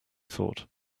thought